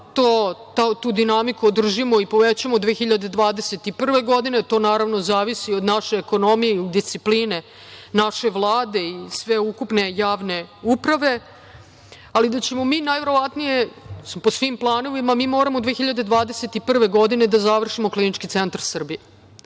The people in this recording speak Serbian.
tu dinamiku održimo i povećamo 2021. godine, to naravno zavisi od naše ekonomije i discipline naše Vlade i sveukupne javne uprave, ali da ćemo mi najverovatnije, po svim planovima mi moramo 2021. godine da završimo Klinički centar Srbije. Nadam